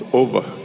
over